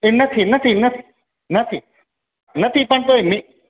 એ નથી નથી નથી નથી નથી પણ તોય મેં